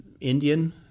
Indian